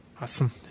Awesome